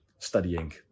studying